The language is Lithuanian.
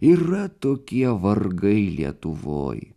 yra tokie vargai lietuvoj